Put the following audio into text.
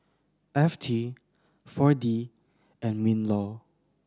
F T Four D and MinLaw